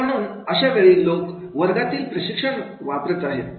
तर म्हणून अशावेळी लोक वर्गातील प्रशिक्षण वापरत आहेत